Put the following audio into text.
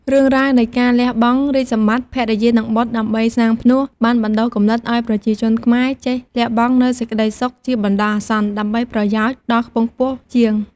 រឿងរ៉ាវនៃការលះបង់រាជសម្បត្តិ ភរិយា និងបុត្រ ដើម្បីសាងផ្នួស បានបណ្ដុះគំនិតឱ្យប្រជាជនខ្មែរចេះលះបង់នូវសេចក្ដីសុខជាបណ្ដោះអាសន្ន ដើម្បីប្រយោជន៍ដ៏ខ្ពង់ខ្ពស់ជាង។